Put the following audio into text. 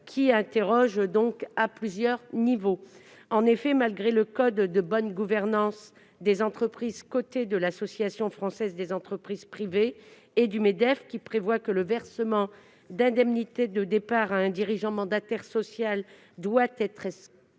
qui interroge à plusieurs niveaux. Par exemple, le code de gouvernement d'entreprises des sociétés cotées de l'Association française des entreprises privées et du Medef, qui prévoit que le versement d'indemnités de départ à un dirigeant mandataire social doit être exclu,